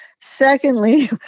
secondly